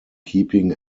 keeping